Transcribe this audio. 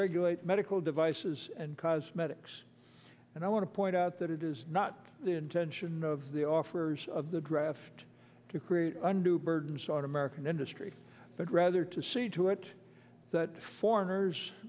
regulate medical devices and cosmetics and i want to point out that it is not the intention of the officers of the draft to create a new burdens on american industry but rather to see to it that foreigners